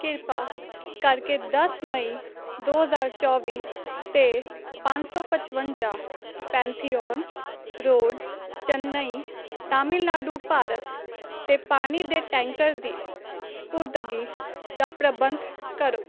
ਕਿਰਪਾ ਕਰਕੇ ਦਸ ਮਈ ਦੋ ਹਜ਼ਾਰ ਚੌਵੀ ਅਤੇ ਪੰਜ ਸੌ ਪਚਵੰਜਾ ਪੈਥੀਓਨ ਰੋਡ ਚੇਨੱਈ ਤਾਮਿਲਨਾਡੂ ਭਾਰਤ ਅਤੇ ਪਾਣੀ ਦੇ ਟੈਂਕਰ ਦੀ ਸਪੁਰਦਗੀ ਦਾ ਪ੍ਰਬੰਧ ਕਰੋ